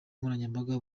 nkoranyambaga